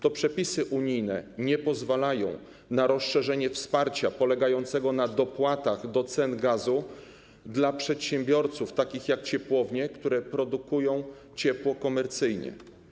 To przepisy unijne nie pozwalają na rozszerzenie wsparcia polegającego na dopłatach do cen gazu dla przedsiębiorców takich jak ciepłownie, które produkują ciepło komercyjnie.